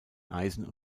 eisen